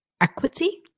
equity